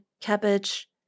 cabbage